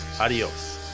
adios